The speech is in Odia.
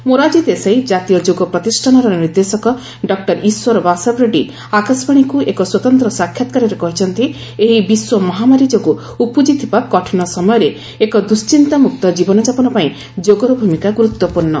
ମୋରାରଜି ଦେଶାଇ ଜାତୀୟ ଯୋଗ ପ୍ରତିଷ୍ଠାନର ନିର୍ଦ୍ଦେଶକ ଡକ୍ଟର ଇଶ୍ୱର ବାସବରାଡ୍ରୀ ଆକାଶବାଣୀକୁ ଏକ ସ୍ୱତନ୍ତ୍ର ସାକ୍ଷାତ୍କାରରେ କହିଛନ୍ତି ଏହି ବିଶ୍ୱ ମହାମାରୀ ଯୋଗୁଁ ଉପୁଜିଥିବା କଠିନ ସମୟରେ ଏକ ଦୁଣ୍ଟିନ୍ତାମୁକ୍ତ ଜୀବନ ଯାପନ ପାଇଁ ଯୋଗର ଭୂମିକା ଗୁରୁତ୍ୱପୂର୍ଣ୍ଣ